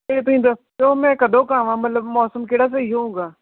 ਅਤੇ ਤੁਸੀਂ ਦੱਸੋ ਮੈਂ ਕਦੋਂ ਕੁ ਆਵਾਂ ਮਤਲਬ ਮੌਸਮ ਕਿਹੜਾ ਸਹੀ ਹੋਊਗਾ